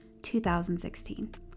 2016